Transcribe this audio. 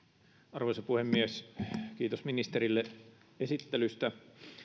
arvoisa puhemies kiitos ministerille esittelystä